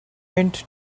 mint